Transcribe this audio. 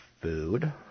food